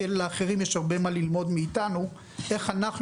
כי לאחרים יש הרבה מה ללמוד מאיתנו איך אנחנו